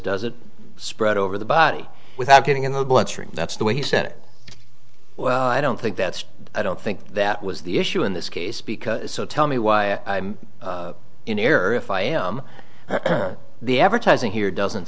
does it spread over the body without getting in the bloodstream that's the way he said it well i don't think that's i don't think that was the issue in this case because so tell me why i'm in error if i am the advertising here doesn't